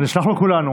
נשלח לו כולנו,